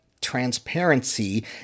transparency